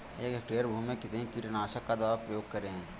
एक हेक्टेयर भूमि में कितनी कीटनाशक दवा का प्रयोग करें?